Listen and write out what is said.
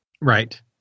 Right